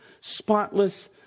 spotless